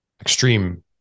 extreme